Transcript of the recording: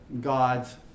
God's